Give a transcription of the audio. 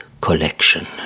collection